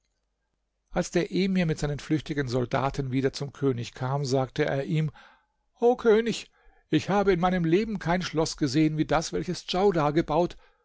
als der emir mit seinen flüchtigen soldaten wieder zum könig kam sagte er ihm o könig ich habe in meinem leben kein schloß gesehen wie das welches djaudar gebaut